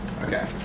Okay